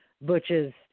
Butch's